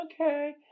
okay